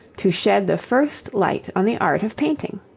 to shed the first light on the art of painting.